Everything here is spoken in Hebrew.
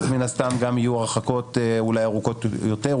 מן הסתם גם יהיו הרחקות אולי ארוכות יותר,